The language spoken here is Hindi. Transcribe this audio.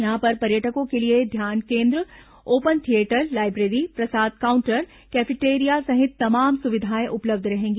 यहां पर पर्यटकों के लिए ध्यान केन्द्र open theatre library prasad counter cafeteria सहित तमाम सुविधाएं उपलब्ध रहेंगी